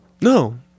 No